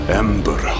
ember